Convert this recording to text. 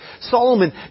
Solomon